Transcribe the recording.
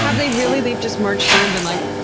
and they really? they've just marched through and been like,